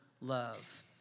love